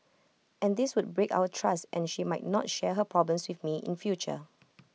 and this would break our trust and she might not share her problems with me in future